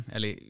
Eli